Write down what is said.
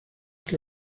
que